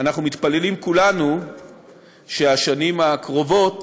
אנחנו מתפללים כולנו שהשנים הקרובות